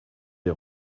des